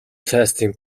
testing